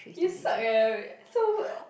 you suck eh so